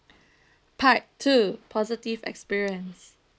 part two positive experience